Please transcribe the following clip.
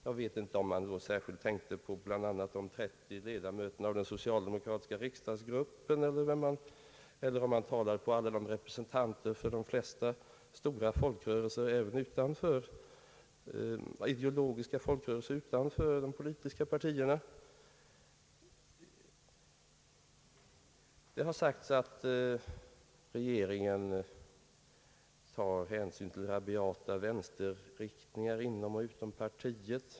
Jag vet inte om talaren särskilt tänkte på de 30 1edamöter i den socialdemokratiska riksdagsgruppen, som var där, eller om han talade om representanter för de flesta stora ideologiska folkrörelserna utanför de politiska partierna. Det har sagts att regeringen tar hänsyn till rabiata vänsterriktningar inom och utom partiet.